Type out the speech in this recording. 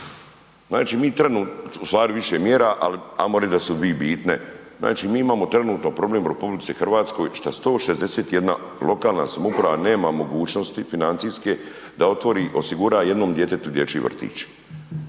Znači, mi trenutno, u stvari više mjera, ali ajmo reći da su 2 bitne. Znači, mi imamo trenutno problem u RH šta 161 lokalna samouprava nema mogućnosti financijske da otvori, osigura jednom djetetu dječji vrtić,